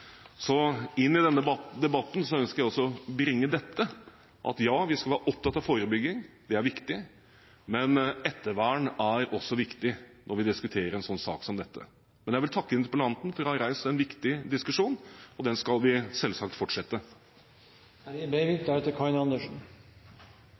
Så inn i denne debatten ønsker jeg også å bringe dette: Ja, vi skal være opptatt av forebygging – det er viktig – men ettervern er også viktig når vi diskuterer en sak som denne. Jeg vil takke interpellanten for å ha reist en viktig diskusjon. Den skal vi selvsagt fortsette.